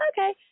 okay